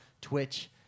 Twitch